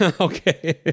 Okay